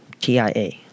TIA